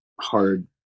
hard